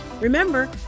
Remember